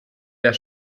der